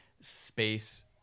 space